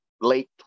late